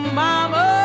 mama